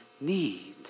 need